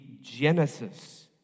genesis